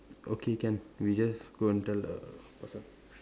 okay can we just go and tell the person